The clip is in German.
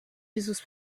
dieses